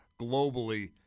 globally